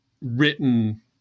written